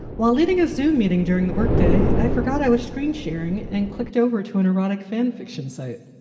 while leaving a zoo meeting during the work day, i forgot i was screen sharing and clicked over to an erotic fan fiction site.